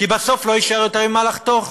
כי בסוף לא יישאר יותר ממה לחתוך.